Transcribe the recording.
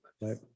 Right